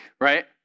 right